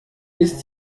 ist